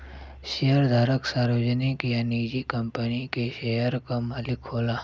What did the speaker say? शेयरधारक सार्वजनिक या निजी कंपनी के शेयर क मालिक होला